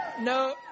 no